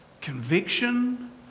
conviction